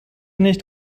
nicht